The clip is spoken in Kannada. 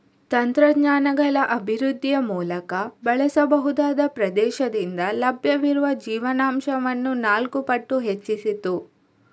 ತಂತ್ರಜ್ಞಾನಗಳ ಅಭಿವೃದ್ಧಿಯ ಮೂಲಕ ಬಳಸಬಹುದಾದ ಪ್ರದೇಶದಿಂದ ಲಭ್ಯವಿರುವ ಜೀವನಾಂಶವನ್ನು ನಾಲ್ಕು ಪಟ್ಟು ಹೆಚ್ಚಿಸಿತು